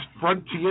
Frontier